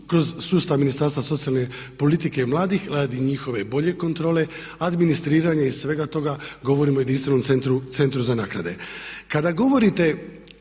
kroz sustav Ministarstva socijalne politike i mladih radi njihove bolje kontrole, administriranja i svega toga govorimo o jedinstvenom centru za naknade.